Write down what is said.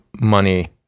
money